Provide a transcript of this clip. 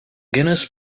guinness